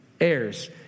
heirs